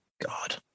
God